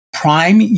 Prime